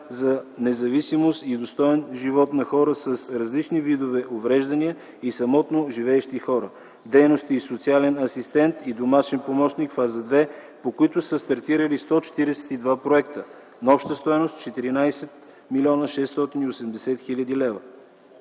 за независимост и достоен живот на хора с различни видове увреждания и самотно живеещи хора, дейности „социален асистент” и „домашен помощник”, фаза две, по които са стартирали 142 проекта на обща стойност 14 млн. 680 хил. лв.